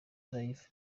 live